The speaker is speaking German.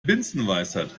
binsenweisheit